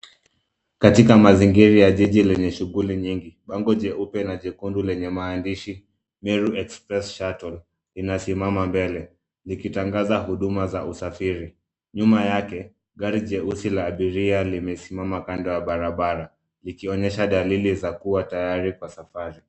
Katika mazingira ya jiji lenye shughuli nyingi. Bango jeupe na jekundu lenye maandishi [MERU EXPRESS SHUTTLE] linasimama mbele likitangaza huduma za usafiri. Nyuma yake gari jeusi la abiria limesimama kando ya barabara likionyesha dalili ya kuwa tayari kwa safari.